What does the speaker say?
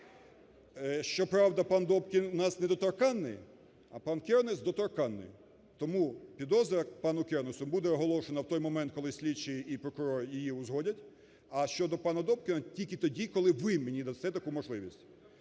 Щоправда пан Добкін у нас недоторканний, а пан Кернес доторканний, тому підозра пану Кернесу буде оголошена в той момент, коли слідчий і прокурор її узгодять. А щодо пана Добкіна – тільки тоді, коли ви мені дасте таку можливість.